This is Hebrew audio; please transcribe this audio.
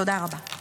תודה רבה.